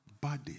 body